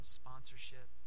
sponsorship